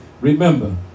Remember